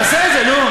תעשה את זה, נו.